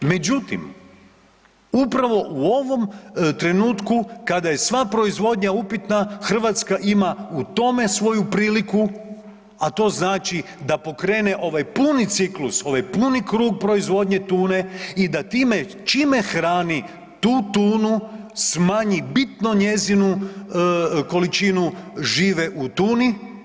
Međutim, upravo u ovom trenutku kada je sva proizvodnja upitna Hrvatska ima u tome svoju priliku, a to znači da pokrene ovaj puni ciklus, ovaj puni krug proizvodnje tune i da time čime hrani tu tunu smanji bitno njezinu količinu žive u tuni.